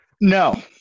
No